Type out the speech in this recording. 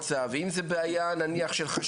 רגע דקה, מי נמצא פה מהמועצה של לקיה?